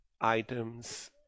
items